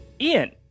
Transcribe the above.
Ian